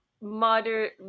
modern